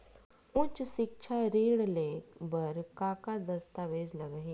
उच्च सिक्छा ऋण ले बर का का दस्तावेज लगही?